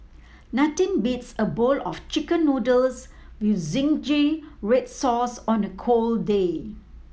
nothing beats a bowl of Chicken Noodles with zingy red sauce on a cold day